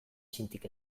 txintik